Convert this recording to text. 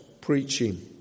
preaching